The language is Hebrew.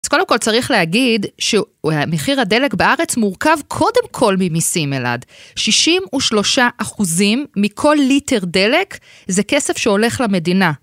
אז קודם כל צריך להגיד שמחיר הדלק בארץ מורכב קודם כל ממיסים, אלעד. 63 אחוזים מכל ליטר דלק זה כסף שהולך למדינה.